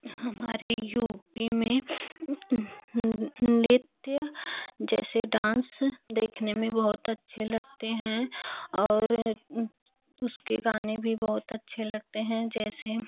हमारे U P में नृत्य जैसे डांस देखने में बहुत अच्छे लगते हैं और उसके गाने भी बहुत अच्छे लगते हैं जैसे